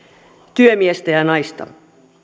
työmiestä ja naista